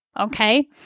Okay